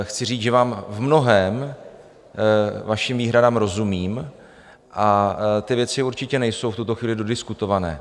Chci říct, že v mnohém vašim výhradám rozumím a ty věci určitě nejsou v tuto chvíli dodiskutované.